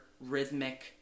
rhythmic